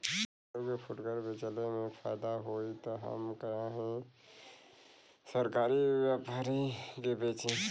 आलू के फूटकर बेंचले मे फैदा होई त हम काहे सरकारी व्यपरी के बेंचि?